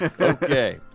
okay